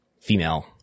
female